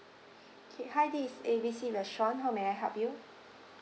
K hi this is A B C restaurant how may I help you